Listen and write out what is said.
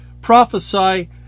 prophesy